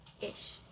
ish